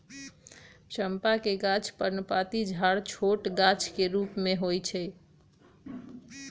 चंपा के गाछ पर्णपाती झाड़ छोट गाछ के रूप में होइ छइ